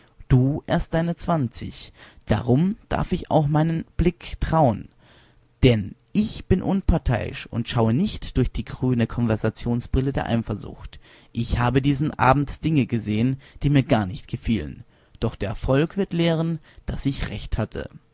du erst deine zwanzig darum darf ich auch meinem blick trauen denn ich bin unparteiisch und schaue nicht durch die grüne konversationsbrille der eifersucht ich habe diesen abend dinge gesehen die mir gar nicht gefielen doch der erfolg wird lehren daß ich recht hatte